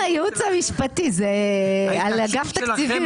הייתי אומרת שזה ניצחון הייעוץ המשפטי על אגף תקציבים,